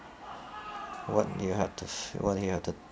what you had to f~ what you had to